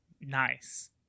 nice